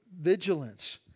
vigilance